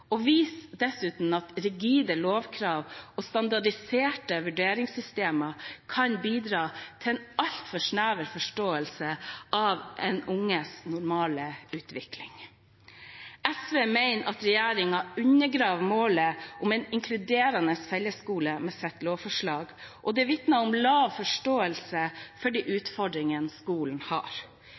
og viser dessuten at rigide lovkrav og standardiserte vurderingssystemer kan bidra til en altfor snever forståelse av et barns normale utvikling. SV mener regjeringen undergraver målet om en inkluderende fellesskole med sitt lovforslag, og det vitner om lav forståelse for de utfordringene skolene har.